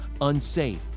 unsafe